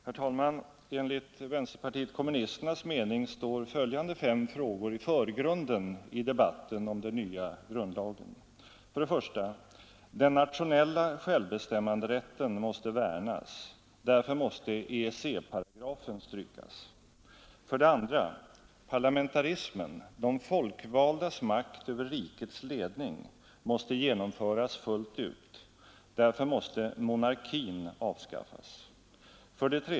Herr talman! Enligt vänsterpartiet kommunisternas mening står följande fem frågor i förgrunden i debatten om den nya grundlagen: 1. Den nationella självbestämmanderätten måste värnas. Därför måste EEC-paragrafen strykas. 2. Parlamentarismen, de folkvaldas makt över rikets ledning, måste genomföras fullt ut. Därför måste monarkin avskaffas. 3.